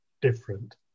different